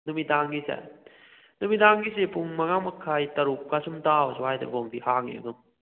ꯅꯨꯃꯤꯗꯥꯡꯒꯤꯁꯦ ꯅꯨꯃꯤꯗꯥꯡꯒꯤꯁꯦ ꯄꯨꯡ ꯃꯉꯥ ꯃꯈꯥꯏ ꯇꯔꯨꯛꯛ ꯑꯁꯨꯝ ꯇꯥꯕ ꯑꯁ꯭ꯋꯥꯏꯗ ꯐꯥꯎꯗꯤ ꯍꯥꯡꯏ ꯑꯗꯨꯝ